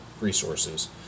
resources